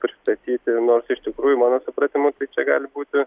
pristatyti nors iš tikrųjų mano supratimu tai čia gali būti